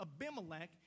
Abimelech